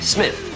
Smith